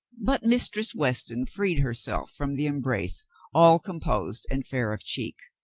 but mistress weston freed herself from the embrace all composed and fair of cheek.